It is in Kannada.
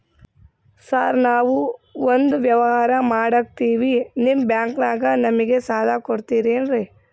ಸಾರ್ ನಾವು ಒಂದು ವ್ಯವಹಾರ ಮಾಡಕ್ತಿವಿ ನಿಮ್ಮ ಬ್ಯಾಂಕನಾಗ ನಮಿಗೆ ಸಾಲ ಕೊಡ್ತಿರೇನ್ರಿ?